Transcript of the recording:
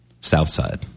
Southside